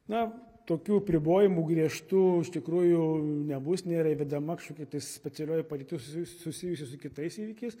na tokių apribojimų griežtų iš tikrųjų nebus nėra įvedama kažkokia tai specialioji padėtis susijusi su kitais įvykiais